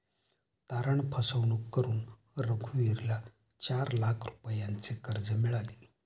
तारण फसवणूक करून रघुवीरला चार लाख रुपयांचे कर्ज मिळाले